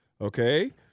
okay